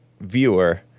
viewer